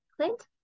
Clint